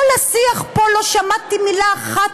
התשע"ז 2017, של חבר הכנסת מיכאל מלכיאלי,